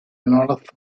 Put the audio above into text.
north